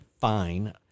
fine